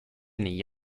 negli